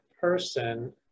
person